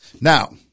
Now